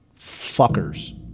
fuckers